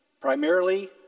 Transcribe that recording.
primarily